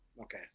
okay